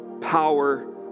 power